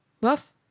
Buff